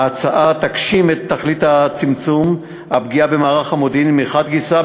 תגשים את התכלית של צמצום הפגיעה במערך המודיעין מחד גיסא,